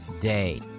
day